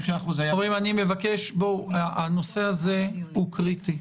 --- חברים, אני מבקש, הנושא הזה הוא קריטי.